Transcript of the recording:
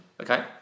Okay